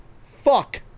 Fuck